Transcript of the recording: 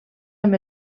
amb